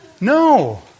No